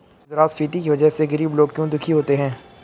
मुद्रास्फीति की वजह से गरीब लोग क्यों दुखी होते हैं?